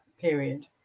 period